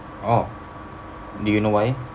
orh do you know why